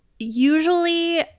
Usually